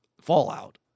fallout